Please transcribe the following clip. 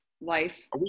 life